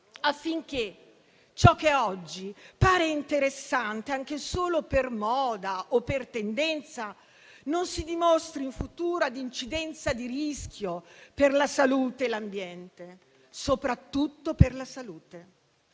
affinché ciò che oggi pare interessante, anche solo per moda o per tendenza, non si dimostri in futuro a incidenza di rischio per la salute e l'ambiente, soprattutto per la salute.